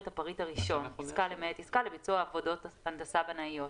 הפריט הראשון: עסקה למעט עסקה לביצוע עבודות הנדסה בנאיות.